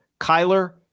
Kyler